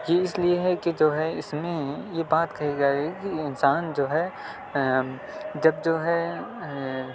یہ اس لیے ہے کہ جو ہے اس میں یہ بات کہی جا رہی ہے کہ انسان جو ہے جب جو ہے